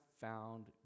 found